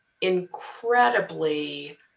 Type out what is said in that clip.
incredibly